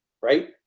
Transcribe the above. right